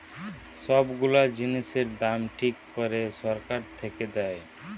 সব গুলা জিনিসের দাম ঠিক করে সরকার থেকে দেয়